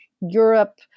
Europe